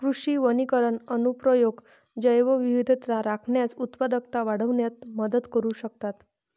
कृषी वनीकरण अनुप्रयोग जैवविविधता राखण्यास, उत्पादकता वाढविण्यात मदत करू शकतात